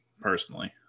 personally